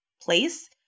place